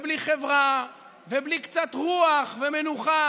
ובלי חברה, ובלי קצת רוח ומנוחה.